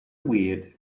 weird